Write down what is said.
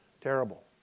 Terrible